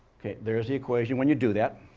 okay there's the equation when you do that.